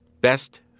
Best